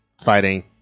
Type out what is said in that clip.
fighting